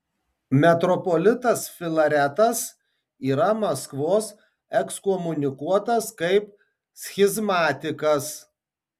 metropolitas filaretas yra maskvos ekskomunikuotas kaip schizmatikas